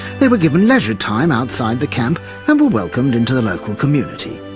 they were given leisure time outside the camp and were welcomed into the local community.